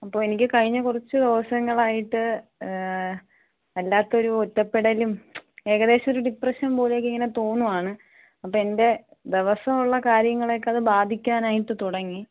അപ്പോൾ എനിക്ക് കഴിഞ്ഞ കുറച്ച് ദിവസങ്ങളായിട്ട് വല്ലാത്തൊരു ഒറ്റപ്പെടലും ഏകദേശം ഒരു ഡിപ്രെഷൻ പോലെയൊക്കെ ഇങ്ങനെ തോന്നുവാണ് അപ്പം എൻ്റെ ദിവസവും ഉള്ള കാര്യങ്ങളക്കെ അത് ബാധിക്കാനായിട്ട് തുടങ്ങി